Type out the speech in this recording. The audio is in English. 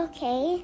Okay